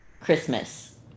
Christmas